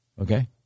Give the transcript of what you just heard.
Okay